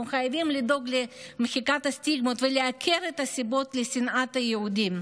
אנחנו חייבים לדאוג למחיקת הסטיגמות ולעקר את הסיבות לשנאת היהודים.